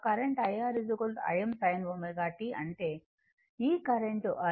Im sin ω t అంటే ఈ current I